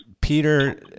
Peter